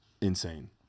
insane